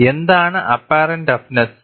എന്താണ് apparent toughness